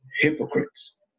Hypocrites